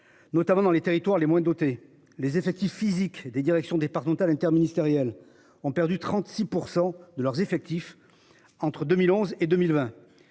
Notamment dans les territoires les moins dotés. Les effectifs physique des directions départementales interministérielles ont perdu 36% de leurs effectifs entre 2011 et 2020.